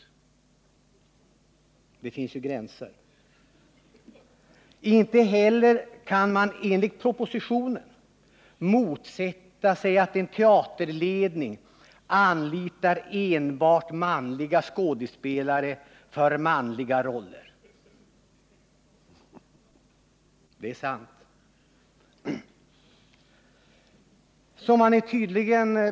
Ja, det finns ju gränser! Och man fortsätter: ”Inte heller kan man enligt propositionen motsätta sig att en teaterledning anlitar enbart manliga skådespelare för manliga roller —---.” Det är sant.